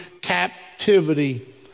captivity